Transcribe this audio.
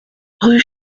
rue